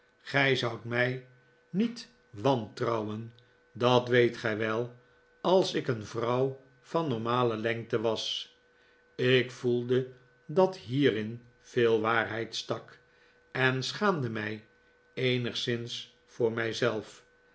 voor hebt mij niet wantrouwen dat weet gij wel als ik een vrouw van normale lengte was ik voelde dat hierin veel waarheid stak en schaamde mij eenigszins voor